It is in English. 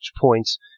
points